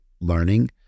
learning